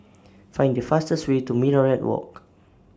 Find The fastest Way to Minaret Walk